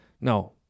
No